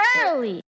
early